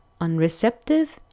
unreceptive